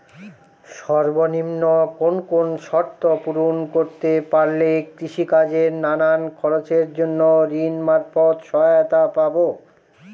সর্বনিম্ন কোন কোন শর্ত পূরণ করতে পারলে কৃষিকাজের নানান খরচের জন্য ঋণ মারফত সহায়তা পাব?